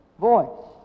voice